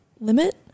limit